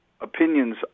opinions